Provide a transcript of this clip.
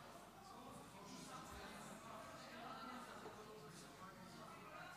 חברת הכנסת מיכל שיר, אינה נוכחת,